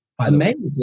Amazing